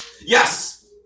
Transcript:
Yes